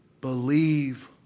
Believe